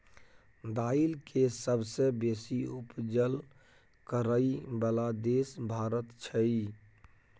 दाइल के सबसे बेशी उपज करइ बला देश भारत छइ